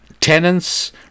tenants